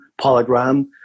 polygram